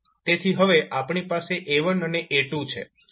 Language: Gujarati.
તેથી હવે આપણી પાસે A1 અને A2 છે